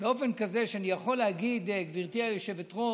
באופן כזה שאני יכול להגיד, גברתי היושבת-ראש,